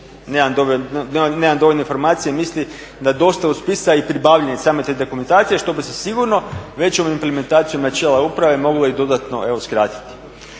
nemam dovoljno informacije misli na dostavu spisa i pribavljanje same te dokumentacije što bi se sigurno većom implementacijom načela uprave moglo i dodatno evo skratiti.